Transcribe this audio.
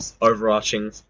overarching